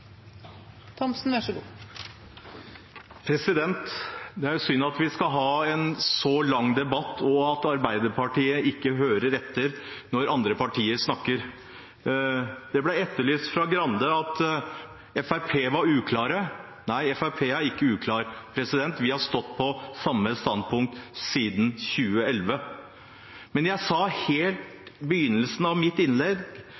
jo synd at vi skal ha en så lang debatt, og at Arbeiderpartiet ikke hører etter når andre partier snakker. Det ble nevnt av Grande at Fremskrittspartiet var uklart. Fremskrittspartiet er ikke uklart. Vi har stått på samme standpunkt siden 2011. Men jeg sa helt i begynnelsen av mitt innlegg